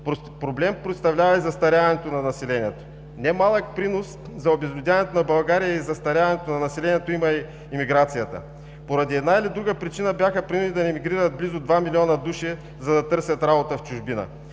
Проблем представлява и застаряването на населението. Немалък принос за обезлюдяването на България и застаряването на населението има и емиграцията. Поради една или друга причина бяха принудени да емигрират близо два милиона души, за да търсят работа в чужбина.